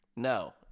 No